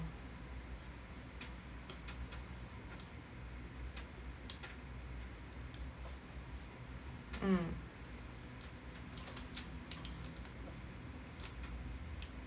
mm